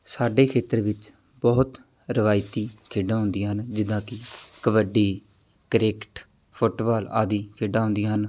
ਸਾਡੇ ਖੇਤਰ ਵਿੱਚ ਬਹੁਤ ਰਵਾਇਤੀ ਖੇਡਾਂ ਹੁੰਦੀਆਂ ਹਨ ਜਿੱਦਾਂ ਕਿ ਕਬੱਡੀ ਕ੍ਰਿਕਟ ਫੁੱਟਬਾਲ ਆਦਿ ਖੇਡਾਂ ਹੁੰਦੀਆਂ ਹਨ